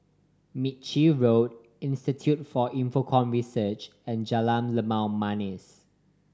Ritchie Road Institute for Infocomm Research and Jalan Limau Manis